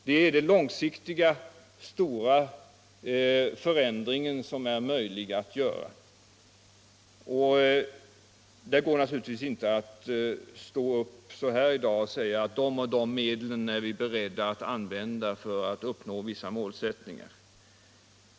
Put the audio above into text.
Det är den långsiktiga, stora förändring som är möjlig att göra. Det går naturligtvis inte att i dag säga att de och de medlen är vi beredda att använda för att uppnå vissa målsättningar.